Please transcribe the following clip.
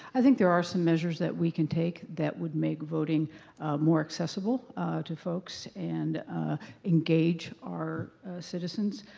i think there are some measures that we can take that would make voting more accessible to folks and engage our citizens,